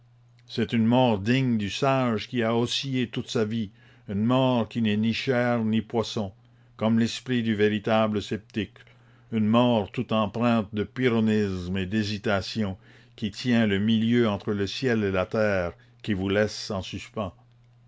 c'est une mort digne du sage qui a oscillé toute sa vie une mort qui n'est ni chair ni poisson comme l'esprit du véritable sceptique une mort tout empreinte de pyrrhonisme et d'hésitation qui tient le milieu entre le ciel et la terre qui vous laisse en suspens